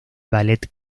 ballet